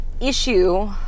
issue